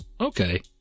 Okay